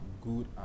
good